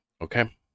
Okay